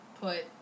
put